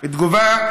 הבאות,